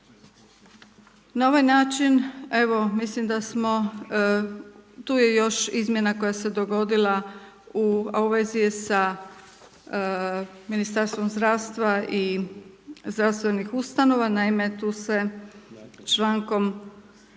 Na ovaj način, mislim da smo, tu je još izmjena koja se dogodila, a u vezi je sa Ministarstvom zdravstva i zdravstvenim ustanovama. Naime, tu se člankom,